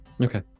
Okay